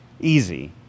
easy